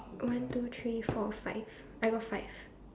one two three four five I got five